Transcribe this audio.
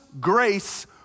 grace